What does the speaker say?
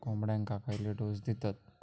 कोंबड्यांक खयले डोस दितत?